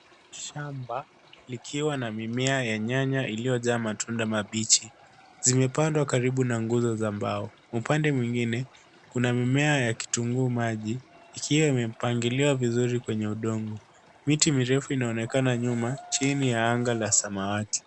Shamba likiwa na mimea ya nyanya iliyojaa matunda mabichi. Zimepandwa karibu na nguzo za mbao. Upande mwingine kuna mimea ya kitunguu maji ikiwa imepangiliwa vizuri kwenye udongo. Miti mirefu inaonekana nyuma chini ya anga la samawati.